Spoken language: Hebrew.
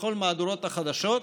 בכל מהדורות החדשות: